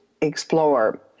explore